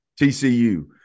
TCU